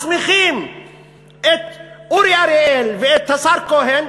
מסמיכים את אורי אריאל ואת השר כהן,